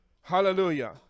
Hallelujah